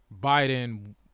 Biden